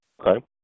Okay